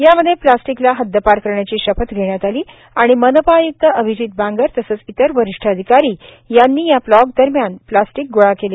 यामध्ये प्लास्टीकला हद्दपार करण्याची शपथ घेण्यात आली आणि मनपा आयुक्त अभिजीत बांगर तसंच इतर वरिष्ठ अधिकारी यांनी या प्लाॅग दरम्यान प्लास्टीक गोळा केले